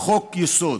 חוק-יסוד,